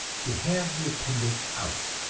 to have the appendix out.